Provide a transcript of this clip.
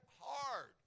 hard